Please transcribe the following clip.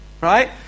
right